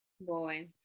boy